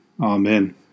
Amen